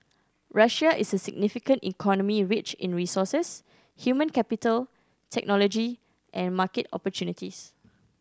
Russia is a significant economy rich in resources human capital technology and market opportunities